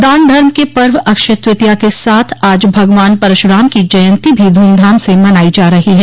दान धर्म के पर्व अक्षय तृतीया के साथ आज भगवान परशुराम की जयन्ती भी धूमधाम से मनाई जा रही है